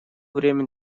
время